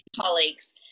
colleagues